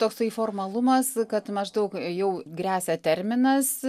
toksai formalumas kad maždaug jau gresia terminas